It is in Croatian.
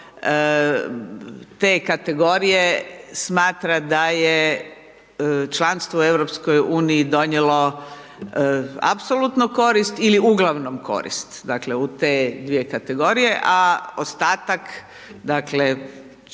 te kategorije smatra da je članstvo u EU-u donijelo apsolutnu korist ili uglavnom korist, dakle u te dvije kategorije a ostatak dakle